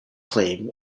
claim